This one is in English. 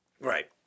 Right